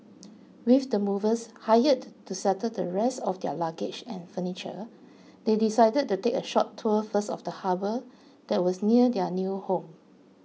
with the movers hired to settle the rest of their luggage and furniture they decided to take a short tour first of the harbour that was near their new home